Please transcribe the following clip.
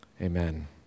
amen